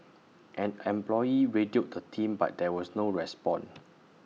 an employee radioed the team but there was no response